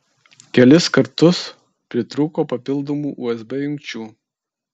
kelis kartus pritrūko papildomų usb jungčių